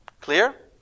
Clear